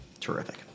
Terrific